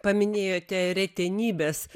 paminėjote retenybes